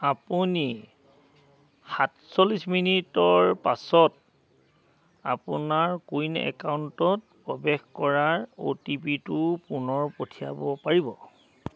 আপুনি সাতচল্লিছ মিনিটৰ পাছত আপোনাৰ কো ৱিন একাউণ্টত প্ৰৱেশ কৰাৰ অ' টি পি টো পুনৰ পঠিয়াব পাৰিব